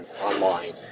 online